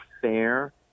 fair